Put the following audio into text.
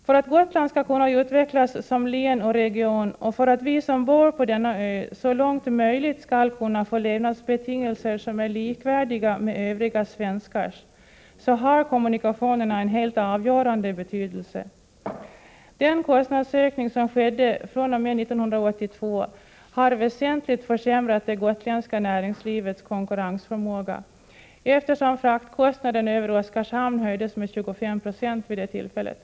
För att Gotland skall kunna utvecklas som län och region och för att vi som bor på denna ö så långt möjligt skall kunna få levnadsbetingelser som är likvärdiga med övriga svenskars har kommunikationerna en helt avgörande betydelse. Den kostnadsökning som skedde fr.o.m. 1982 har väsentligt försämrat det gotländska näringslivets konkurrensförmåga, efter som fraktkostnaden över Oskarshamn höjdes med 25 9 vid det tillfället.